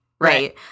right